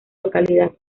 localidad